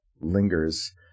lingers